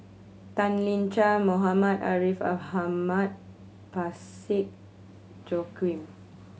Tan Lian Chye Muhammad Ariff Ahmad Parsick Joaquim